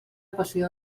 passió